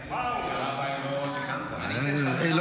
זה לא יעזור.